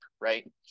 right